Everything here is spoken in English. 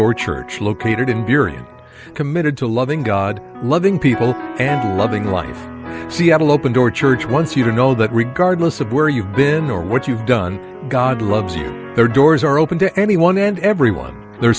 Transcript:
door church located in derian committed to loving god loving people and loving life seattle open door church once you to know that regardless of where you've been or what you've done god loves you their doors are open to anyone and everyone their